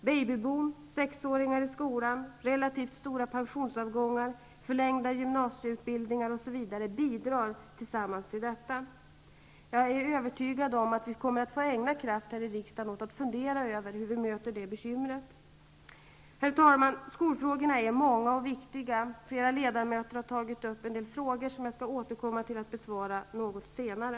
Babyboom, sex-åringar i skolan, relativt stora pensionsavgångar, förlängda gymnasieutbildningar m.m. bidrar till detta. Jag är övertygad om att vi kommer att få ägna kraft här i riksdagen åt att fundera över hur vi möter det bekymret. Herr talman! Skolfrågorna är många och viktiga. Flera ledamöter har tagit upp en del frågor som jag skall återkomma till och besvara något senare.